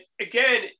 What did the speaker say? again